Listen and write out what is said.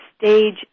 stage